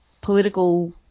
political